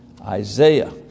Isaiah